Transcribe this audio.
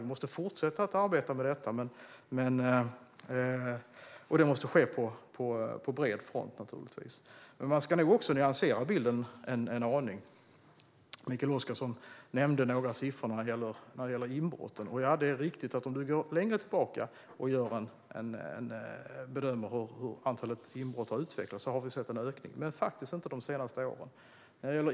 Vi måste fortsätta arbeta med detta, och det måste naturligtvis ske på bred front. Men man ska nog också nyansera bilden en aning. Mikael Oscarsson nämnde några siffror vad gäller inbrotten. Det är riktigt att om man går längre tillbaka och bedömer hur antalet inbrott har utvecklats ser vi en ökning. Men det gäller faktiskt inte de senaste åren.